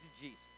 jesus